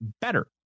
better